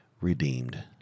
redeemed